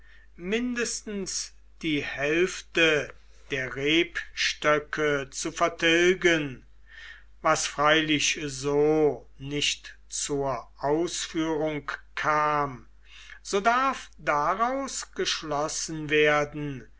mindestens die hälfte der rebstöcke zu vertilgen was freilich so nicht zur ausführung kam so darf daraus geschlossen werden